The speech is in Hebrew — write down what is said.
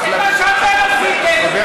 היא הייתה צריכה לעשות את מה שאתם עשיתם, כלום.